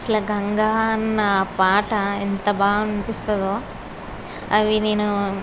అసలా గంగ అన్న పాట ఎంత బాగా అనిపిస్తుందో అవి నేను